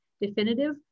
definitive